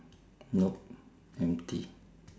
nope empty